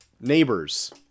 Neighbors